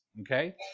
Okay